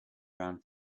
round